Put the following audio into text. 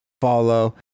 follow